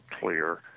clear